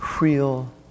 real